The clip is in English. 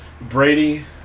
Brady